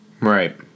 Right